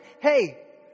hey